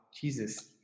Jesus